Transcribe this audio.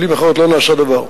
במלים אחרות, לא נעשה דבר.